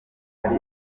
kandi